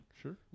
sure